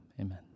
amen